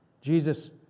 Jesus